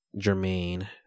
Jermaine